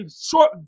short